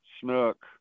snook